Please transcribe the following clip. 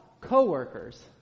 co-workers